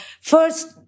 first